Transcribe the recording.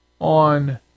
on